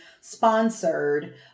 sponsored